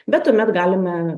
bet tuomet galime